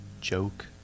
joke